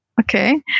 okay